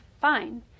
fine